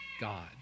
God